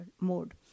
mode